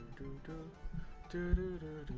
to two to two